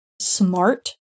smart